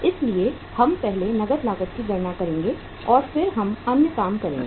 इसलिए हम पहले नकद लागत की गणना करेंगे और फिर हम अन्य काम करेंगे